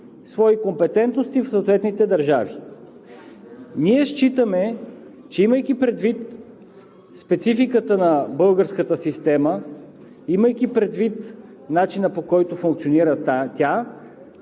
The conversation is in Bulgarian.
свои компетентности в съответните държави. Ние считаме, имайки предвид спецификата на българската система, имайки предвид начина, по който функционира тя,